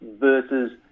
versus